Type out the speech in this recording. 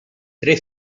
tre